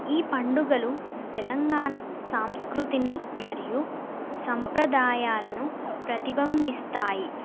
ఈ పండుగలు తెలంగాణ సాంస్కృతిని మరియు సంప్రదాయాలను ప్రతిబింబిస్తాయి